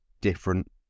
different